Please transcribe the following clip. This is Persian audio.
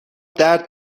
درد